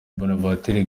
bonaventure